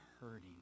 hurting